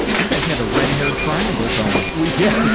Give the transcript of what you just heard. you guys had a red hair triangle going. we did!